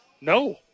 no